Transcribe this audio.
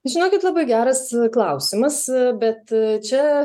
žinokit labai geras klausimas bet čia